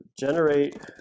generate